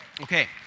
Okay